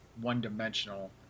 one-dimensional